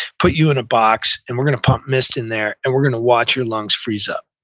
put you in a box, and we're going to pump mist in there, and we're going to watch your lungs freeze up.